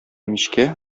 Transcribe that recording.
мичкә